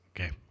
Okay